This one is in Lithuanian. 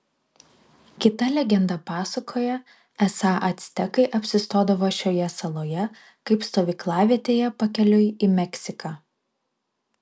kita legenda pasakoja esą actekai apsistodavo šioje saloje kaip stovyklavietėje pakeliui į meksiką